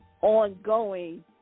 ongoing